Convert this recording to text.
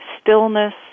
stillness